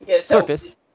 surface